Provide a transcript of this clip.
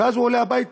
ואז הוא עולה הביתה,